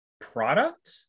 product